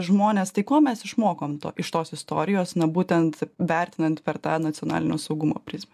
žmonės tai ko mes išmokom to iš tos istorijos nu būtent vertinant per tą nacionalinio saugumo prizmę